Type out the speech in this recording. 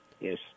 Yes